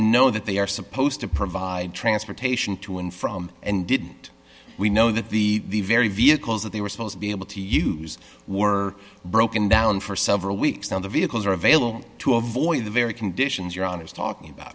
know that they are supposed to provide transportation to and from and didn't we know that the very vehicles that they were supposed to be able to use were broken down for several weeks on the vehicles are available to avoid the very conditions you're on is talking about